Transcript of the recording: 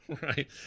right